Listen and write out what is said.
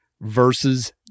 versus